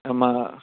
नाम